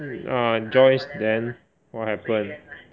ah Joyce then what happen